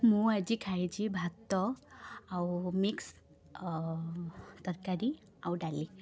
ମୁଁ ଆଜି ଖାଇଛି ଭାତ ଆଉ ମିକ୍ସ ତରକାରୀ ଆଉ ଡାଲି